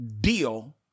deal